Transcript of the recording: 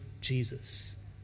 Jesus